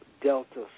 delta